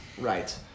Right